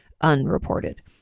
unreported